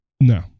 No